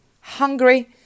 hungry